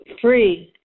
Free